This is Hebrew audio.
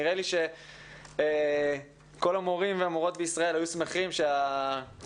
נראה לי שכל המורים והמורות בישראל היו שמחים שהתלמידים